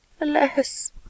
Alas